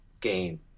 game